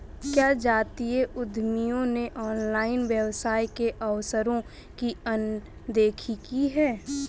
क्या जातीय उद्यमियों ने ऑनलाइन व्यवसाय के अवसरों की अनदेखी की है?